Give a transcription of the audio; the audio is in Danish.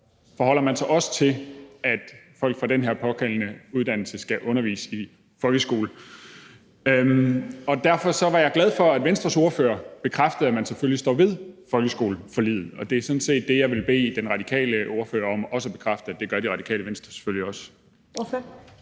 forholder man sig også til det og siger, at folk med den her pågældende uddannelse skal undervise i folkeskolen. Derfor var jeg glad for, at Venstres ordfører bekræftede, at man selvfølgelig står ved folkeskoleforliget, og jeg vil sådan set også bede De Radikales ordfører om at bekræfte, at det gør Det Radikale Venstre selvfølgelig også.